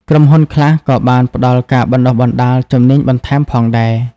ក្រុមហ៊ុនខ្លះក៏បានផ្តល់ការបណ្តុះបណ្តាលជំនាញបន្ថែមផងដែរ។